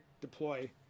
deploy